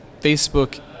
Facebook